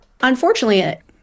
Unfortunately